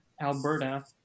alberta